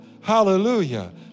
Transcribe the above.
hallelujah